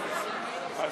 רגע.